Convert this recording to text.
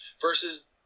versus